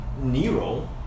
Nero